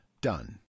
done